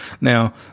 Now